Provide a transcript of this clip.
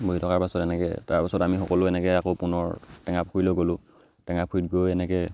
বহি থকাৰ পাছত এনেকৈ তাৰপাছত আমি সকলো এনেকৈ আকৌ পুনৰ টেঙাপুখুৰীলৈ গ'লোঁ টেঙাপুখুৰীত গৈ এনেকৈ